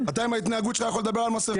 אתה יכול לדבר על מסכות?